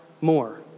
more